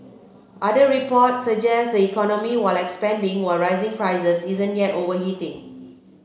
other reports suggest the economy while expanding with rising prices isn't yet overheating